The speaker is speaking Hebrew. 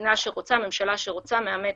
ומדינה שרוצה, ממשלה שרוצה מאמצת.